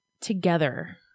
together